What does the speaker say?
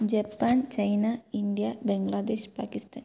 Japan China India Bangladesh Pakistan